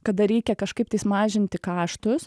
kada reikia kažkaip tais mažinti kaštus